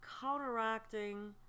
counteracting